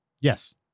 Yes